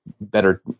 better